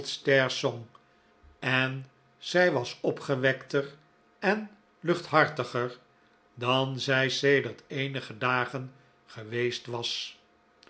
en zij was opgewekter en luchthartiger dan zij sedert eenige dagen geweest was